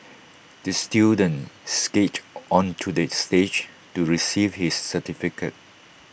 the student skated onto the stage to receive his certificate